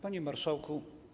Panie Marszałku!